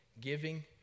giving